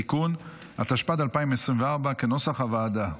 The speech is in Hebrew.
(תיקון), התשפ"ד 2024, כנוסח הוועדה.